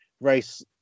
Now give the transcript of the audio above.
race